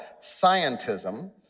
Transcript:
scientism—